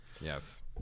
yes